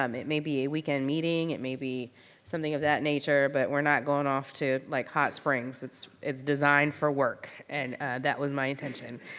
um it may be a weekend meeting it may be something of that nature but we're not going off to like hot springs. it's it's designed for work and that was my intention.